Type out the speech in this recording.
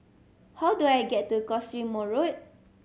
how do I get to Cottesmore Road